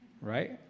right